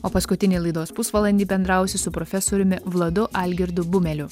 o paskutinį laidos pusvalandį bendrausiu su profesoriumi vladu algirdu bumeliu